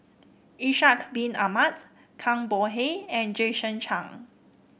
Ishak Bin Ahmad Zhang Bohe and Jason Chan